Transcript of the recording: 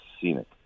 Scenic